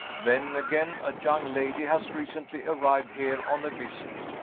then, again, a young lady has recently arrived here on a visit.